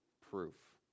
proof